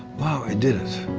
wow, i did it.